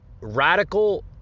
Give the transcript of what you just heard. radical